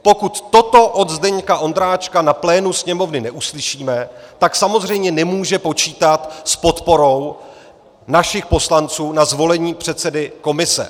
Pokud toto od Zdeňka Ondráčka na plénu Sněmovny neuslyšíme, tak samozřejmě nemůže počítat s podporou našich poslanců na zvolení předsedy komise.